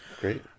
Great